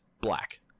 black